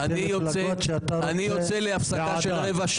אני קורא אותך לסדר פעם ראשונה.